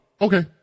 Okay